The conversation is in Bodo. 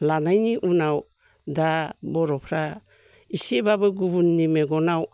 लानायनि उनाव दा बर'फ्रा इसेब्लाबो गुबुननि मेगनाव